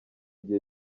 gihe